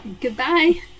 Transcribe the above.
goodbye